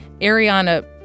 Ariana